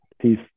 Peace